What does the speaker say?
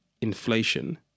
inflation